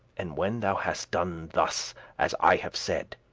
and when thou hast done thus as i have said,